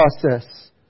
process